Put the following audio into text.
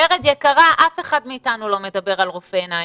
ורד יקרה, אף אחד מאתנו לא מדבר על רופא עיניים.